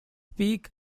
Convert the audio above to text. peak